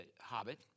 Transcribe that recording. Hobbit